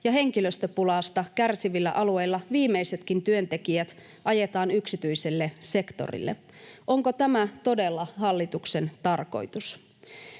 ja henkilöstöpulasta kärsivillä alueilla viimeisetkin työntekijät ajetaan yksityiselle sektorille. Onko tämä todella hallituksen tarkoitus?